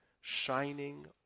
shining